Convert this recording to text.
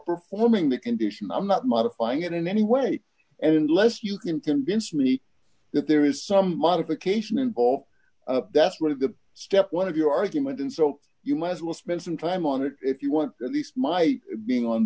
performing the condition i'm not modifying it in any way and unless you can convince me that there is some modification in all that's one of the step one of your argument and so you might as well spend some time on it if you want at least my being on